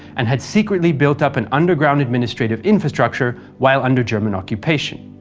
and had secretly built up an underground administrative infrastructure while under german occupation.